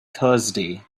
thursday